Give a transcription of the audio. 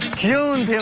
june